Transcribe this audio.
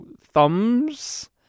thumbs